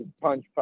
punch